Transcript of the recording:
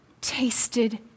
tasted